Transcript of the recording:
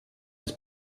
his